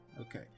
Okay